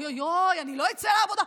אוי אוי אוי, אני לא אצא לעבודה.